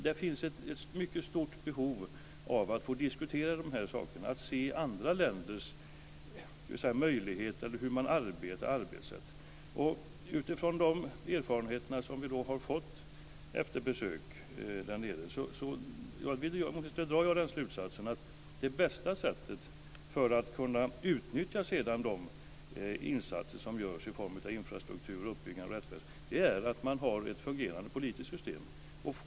Det finns ett mycket stort behov av att få diskutera de här sakerna, att se andra länders möjligheter och arbetssätt. Utifrån de erfarenheter som vi har fått efter besök där nere drar jag den slutsatsen att det bästa sättet att sedan kunna utnyttja de insatser som görs i form av infrastruktur och uppbyggande av rättsväsende är att man har ett fungerande politiskt system.